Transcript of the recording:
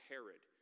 Herod